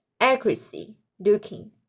accuracy-looking